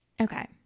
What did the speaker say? okay